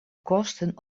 kosten